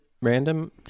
random